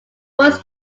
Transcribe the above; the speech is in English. was